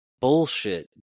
bullshit